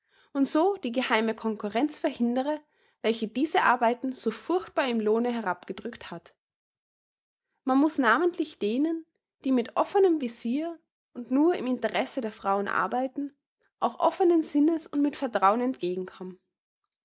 und so die geheime concurrenz verhindere welche diese arbeiten so furchtbar im lohne herabgedrückt hat man muß namentlich denen die mit offnem visir und nur im interesse der frauen arbeiten auch offenen sinnes und mit vertrauen entgegenkommen